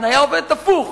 ההתניה עובדת הפוך.